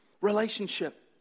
relationship